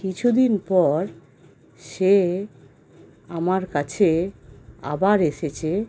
কিছু দিন পর সে আমার কাছে আবার এসেছে